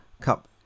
Cup